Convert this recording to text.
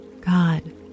God